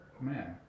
man